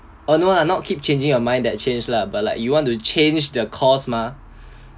oh no lah not keep changing your mind that change lah but like you want to change the course mah